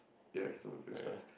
ya cards